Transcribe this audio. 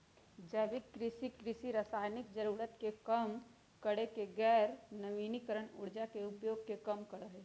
जैविक कृषि, कृषि रासायनिक जरूरत के कम करके गैर नवीकरणीय ऊर्जा के उपयोग के कम करा हई